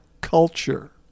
culture